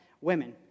women